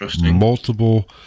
multiple